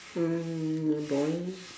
mm yeah boy